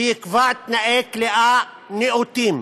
שיקבע תנאי כליאה נאותים,